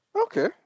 Okay